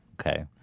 Okay